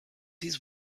his